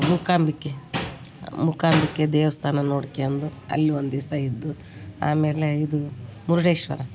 ಮೂಕಾಂಬಿಕೆ ಮೂಕಾಂಬಿಕೆ ದೇವಸ್ಥಾನ ನೋಡ್ಕೊಂಡು ಅಲ್ಲಿ ಒಂದು ದಿಸ ಇದ್ದು ಆಮೇಲೆ ಇದು ಮುರುಡೇಶ್ವರ